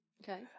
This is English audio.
Okay